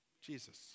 Jesus